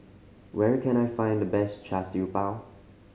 where can I find the best Char Siew Bao